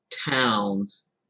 towns